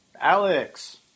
Alex